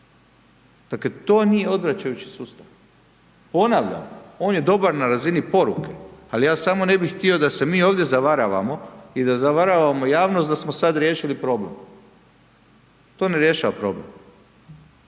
Dakle to nije odvraćajući sustav. Ponavljam, on je dobar na razini poruke, ali ja samo ne bih htio da se mi ovdje zavaravamo i da zavaravamo javnost da smo sada riješili problem. To ne rješava problem.